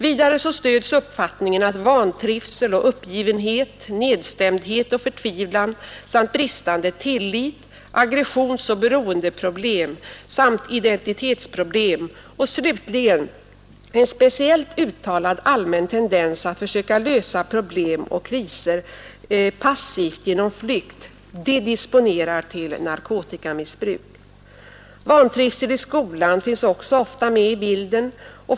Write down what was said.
Vidare stöds uppfattningen att vantrivsel och uppgivenhet, nedstämdhet och förtvivlan samt bristande tillit, aggressionsoch beroendeproblem samt identitetsproblem och slutligen en speciellt uttalad allmän tendens att försöka lösa problem och kriser passivt genom flykt disponerar till narkotikamissbruk. Vantrivsel i skolan finns ofta med i bilden.